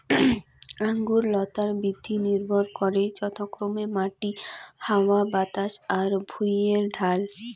আঙুর লতার বৃদ্ধি নির্ভর করে যথাক্রমে মাটি, হাওয়া বাতাস আর ভুঁইয়ের ঢাল